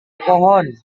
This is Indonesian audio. pohon